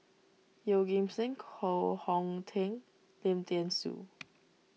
Yeoh Ghim Seng Koh Hong Teng Lim thean Soo